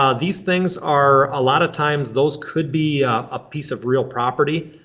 um these things are a lot of times those could be a piece of real property.